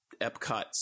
Epcot